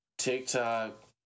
TikTok